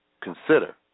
consider